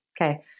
okay